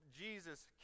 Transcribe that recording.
Jesus